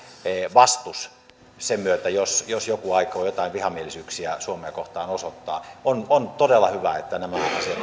vastus jos jos joku aikoo joitain vihamielisyyksiä suomea kohtaan osoittaa on on todella hyvä että nämä asiat on nyt